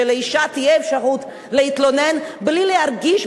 היא שלאשה תהיה אפשרות להתלונן בלי להרגיש